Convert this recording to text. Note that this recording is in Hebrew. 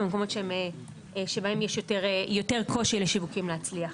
במקומות שבהם יש יותר קושי לשיווקים להצליח.